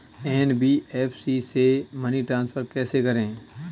NBFC से money transfer कैसे करें?